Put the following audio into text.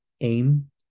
aim